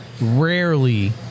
rarely